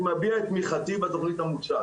אני מביע את תמיכתי בתכנית המוצעת.